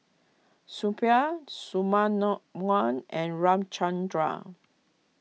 Suppiah Shunmunoone and Ramchundra